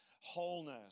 wholeness